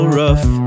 rough